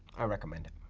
i recommend it.